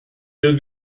ihre